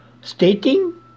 Stating